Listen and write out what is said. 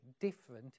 different